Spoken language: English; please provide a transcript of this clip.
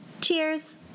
Cheers